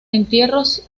entierros